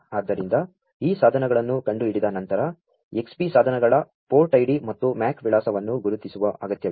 ಆದ್ದರಿಂ ದ ಈ ಸಾ ಧನಗಳನ್ನು ಕಂ ಡು ಹಿಡಿದ ನಂ ತರ Xbee ಸಾ ಧನಗಳ ಪೋ ರ್ಟ್ ಐಡಿ ಮತ್ತು MAC ವಿಳಾ ಸವನ್ನು ಗು ರು ತಿಸು ವ ಅಗತ್ಯ ವಿದೆ